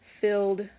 filled